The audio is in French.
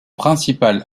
principal